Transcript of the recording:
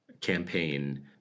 campaign